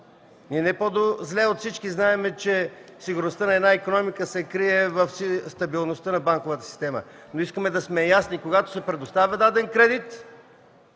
Ние не по-зле от всички знаем, че сигурността на една икономика се крие в стабилността на банковата система, но искаме да сме ясни – когато се предоставя даден кредит,